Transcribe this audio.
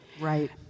right